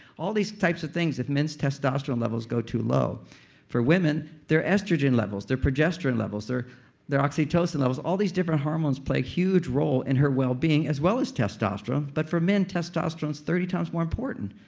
all these types of things if men's testosterone levels go too low for women, their estrogen levels, their progesterone levels, their their oxytocin levels, all these different hormones play a huge role in her well-being, as well as testosterone. but for men, testosterone is thirty times more important.